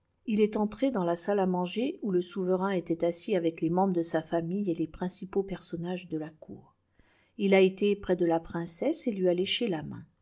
ù est entré dans la salle à manger où le souverain était assis avec les membres de sa famille et les principaux personnages de la cour il a été près de la princesse et lui a léché la main